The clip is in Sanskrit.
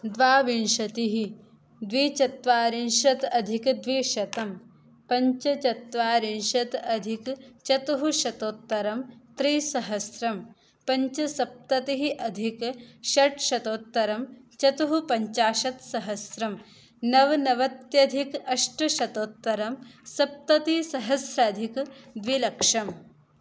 द्वाविंशतिः द्विचत्वारिंशत् अधिकद्विशतं पञ्चचत्वारिंशत् अधिक चतुश्शतोत्तरं त्रिसहस्रं पञ्चसप्ततिः अधिक षट् शतोत्तरं चतुःपञ्चाशत् सहस्रं नवनवत्यधिक अष्टशतोत्तरं सप्ततिसहस्राधिक द्विलक्षं